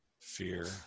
Fear